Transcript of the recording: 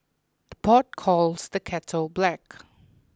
the pot calls the kettle black